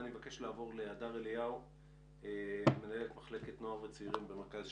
כולל דברים מעשיים שמתבקשים לעשות בעת הזאת.